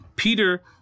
Peter